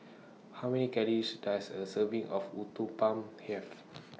How Many Calories Does A Serving of Uthapam Have